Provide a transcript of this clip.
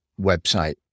website